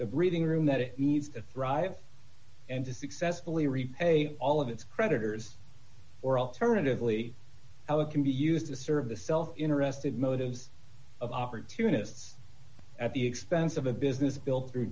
the breathing room that it needs to thrive and to successfully repay all of its creditors or alternatively how it can be used to serve the self interest of motives of opportunists at the expense of a business built through